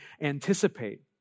anticipate